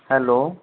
hello